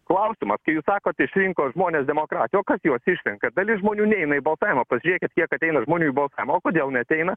klausimas kai jūs sakot išrinko žmonės demokratija o kas juos išrenka dalis žmonių neina į balsavimą pažiūrėkit kiek ateina žmonių į balsavimą o kodėl neateina